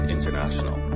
International